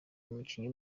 umukinnyi